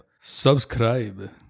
Subscribe